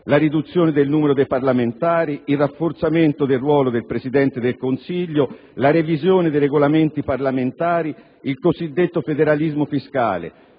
la riduzione del numero dei parlamentari, il rafforzamento del ruolo del Presidente del Consiglio, la revisione dei Regolamenti parlamentari, il cosiddetto federalismo fiscale